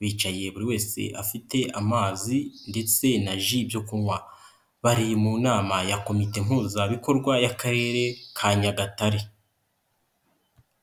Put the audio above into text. Bicaye buri wese afite amazi ndetse na ji yo kunywa. Bari mu nama ya komite mpuzabikorwa y'akarere ka Nyagatare.